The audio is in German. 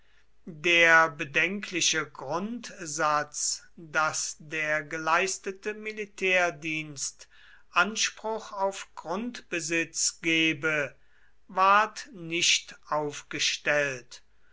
der bedenkliche grundsatz daß der geleistete militärdienst anspruch auf grundbesitz gebe ward nicht aufgestellt